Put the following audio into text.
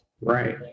Right